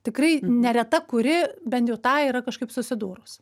tikrai nereta kuri bent jau tą yra kažkaip susidūrus